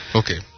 okay